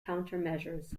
countermeasures